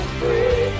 free